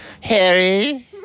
Harry